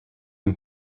een